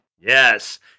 Yes